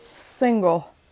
single